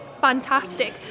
fantastic